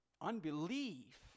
unbelief